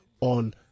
on